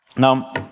Now